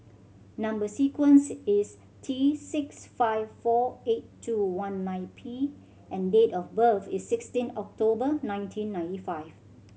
number sequence is T six five four eight two one nine P and date of birth is sixteen October nineteen ninety five